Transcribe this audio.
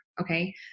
Okay